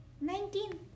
Nineteen